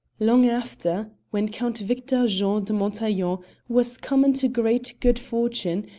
long after, when count victor jean de montaiglon was come into great good fortune,